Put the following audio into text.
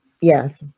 Yes